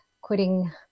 quitting